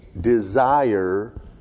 desire